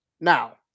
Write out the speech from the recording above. Now